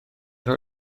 roi